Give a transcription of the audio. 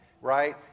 right